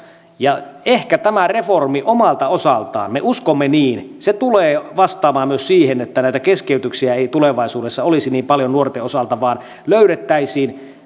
ehkä tämä reformi omalta osaltaan me uskomme niin tulee vastaamaan myös siihen että näitä keskeytyksiä ei tulevaisuudessa olisi niin paljon nuorten osalta vaan löydettäisiin